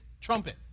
trumpet